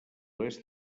oest